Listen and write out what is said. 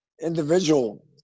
individual